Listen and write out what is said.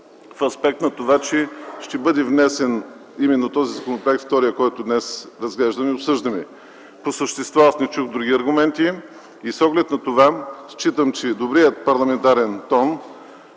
в аспект на това, че ще бъде внесен вторият законопроект, който днес разглеждаме и обсъждаме. По същество аз не чух други аргументи. С оглед на това считам, че добрият парламентарен тон,